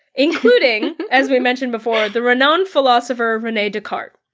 including, as we mentioned before, the renowned philosopher rene descartes.